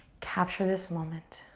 capture this moment.